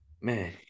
Man